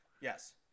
Yes